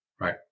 right